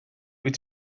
wyt